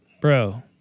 bro